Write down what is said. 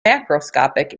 macroscopic